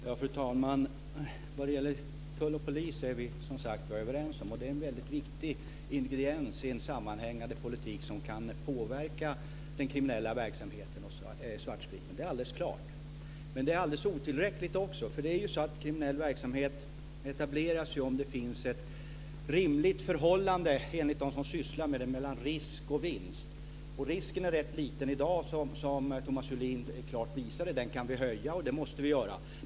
Fru talman! Vi är överens om tull och polis. Det är en viktig ingrediens i en sammanhängande politik som kan påverka den kriminella verksamheten och svartspriten. Det är alldeles klart. Men det är också alldeles otillräckligt. Kriminell verksamhet etableras om det finns ett rimligt förhållande, enligt dem som sysslar med detta, mellan risk och vinst. Risken är rätt liten i dag, som Thomas Julin klart visade. Den kan höjas. Det måste vi göra.